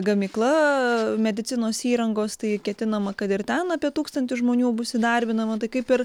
gamykla medicinos įrangos tai ketinama kad ir ten apie tūkstantį žmonių bus įdarbinama tai kaip ir